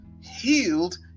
healed